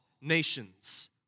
nations